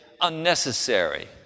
unnecessary